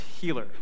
healer